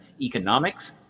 economics